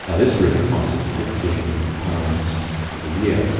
and this room cost fifteen pounds per year,